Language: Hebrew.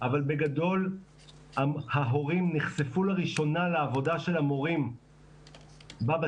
אבל בגדול ההורים נחשפו לראשונה לעבודה של המורים בבתים,